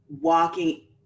walking